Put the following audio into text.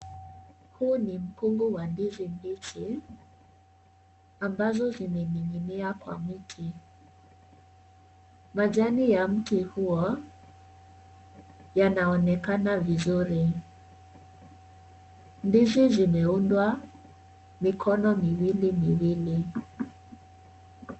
Huu ni mkungu wa ndizi mbichi, ambazo zimeshikilia kwa miti. Majani ya mti huo yanaonekana vizuri. Ndizi zimeundwa mikono miwili miwili.